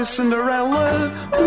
Cinderella